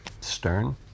Stern